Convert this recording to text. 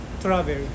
travel